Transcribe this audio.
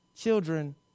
children